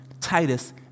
Titus